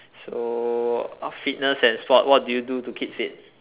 so uh fitness and sport what do you do to keep fit